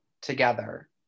together